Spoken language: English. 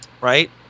Right